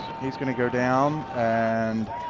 he's going to go down and